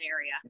area